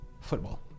football